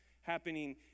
happening